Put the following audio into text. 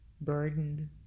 burdened